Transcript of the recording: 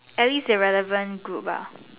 at least a relevant group ah